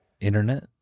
internet